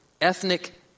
ethnic